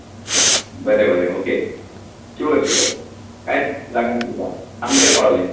बरें बरें okay sure sure कांयच लागना तुका आमचेर पावलें